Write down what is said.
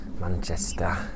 Manchester